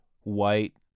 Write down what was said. white